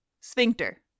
sphincter